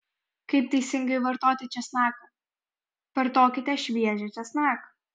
kaip teisingai vartoti česnaką vartokite šviežią česnaką